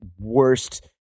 worst